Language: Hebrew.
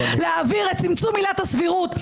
להעביר את צמצום עילת הסבירות,